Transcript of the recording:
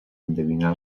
endevinar